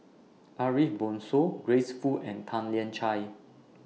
Ariff Bongso Grace Fu and Tan Lian Chye